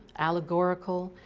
allegorical,